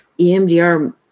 EMDR